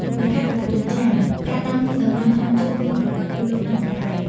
នៅខេត្តកំពង់ចាម ការដាំដំណាំថ្នាំជក់មានប្រវត្តិយូរលង់ណាស់មកហើយ។